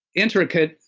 intricate,